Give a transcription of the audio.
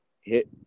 hit